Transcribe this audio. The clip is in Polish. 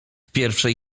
pierwszej